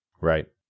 Right